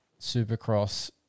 supercross